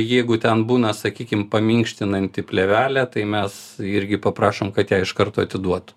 jeigu ten būna sakykim paminkštinanti plėvelė tai mes irgi paprašom kad ją iš karto atiduotų